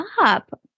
up